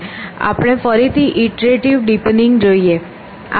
આપણે ફરીથી iterative deepening જોઈએ